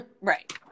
Right